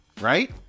right